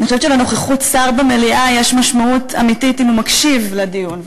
אני חושבת שלנוכחות שר במליאה יש משמעות אמיתית אם הוא מקשיב לדיון,